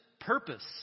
purpose